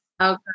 Okay